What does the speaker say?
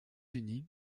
unis